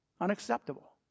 Unacceptable